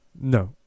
No